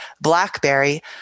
blackberry